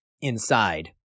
inside